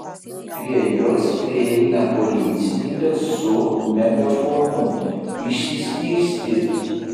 prie jos prieina policininkas su megafonu išsiskirstyt